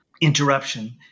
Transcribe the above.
interruption